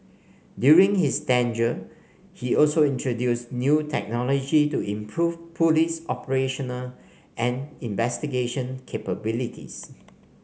during his tenure he also introduced new technology to improve police operational and investigation capabilities